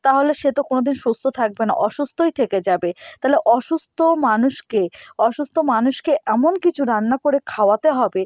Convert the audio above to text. তাহলে সে তো কোনো দিন সুস্থ থাকবে না অসুস্থই থেকে যাবে তালে অসুস্থ মানুষকে অসুস্থ মানুষকে এমন কিছু রান্না করে খাওয়াতে হবে